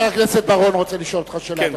חבר הכנסת בר-און רוצה לשאול אותך שאלה,